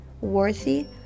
worthy